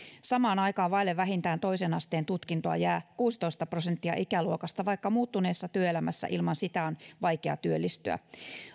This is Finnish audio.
samaan aikaan vaille vähintään toisen asteen tutkintoa jää kuusitoista prosenttia ikäluokasta vaikka muuttuneessa työelämässä ilman sitä on vaikea työllistyä